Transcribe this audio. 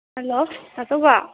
hello ꯗꯥ ꯆꯧꯕ